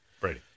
Brady